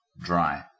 dry